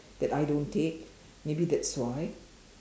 that I don't take maybe that's why